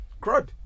Crud